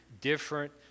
different